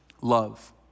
love